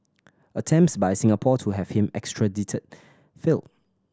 attempts by Singapore to have him extradited failed